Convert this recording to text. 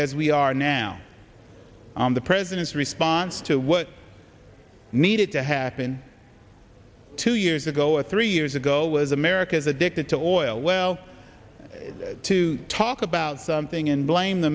as we are now on the president's response to what needed to happen two years ago or three years ago was america is addicted to oil well to talk about something and blame the